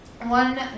one